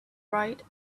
bright